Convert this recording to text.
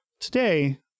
today